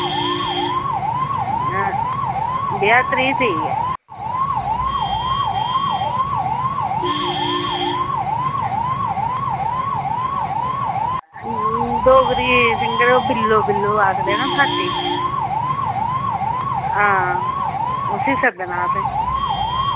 ब्याह् त्रीह् तरीक ऐ डोगरी सिंगर बिल्लो बिल्लो आखदे न थाती हां उसी सद्धना असें